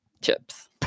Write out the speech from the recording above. chips